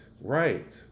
Right